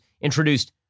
introduced